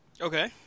Okay